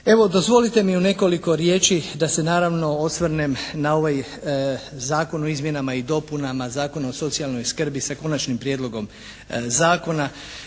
Evo dozvolite mi u nekoliko riječi da se naravno osvrnem na ovaj Zakona o izmjenama i dopunama Zakona o socijalnoj skrbi sa Konačnim prijedlogom zakona.